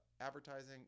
advertising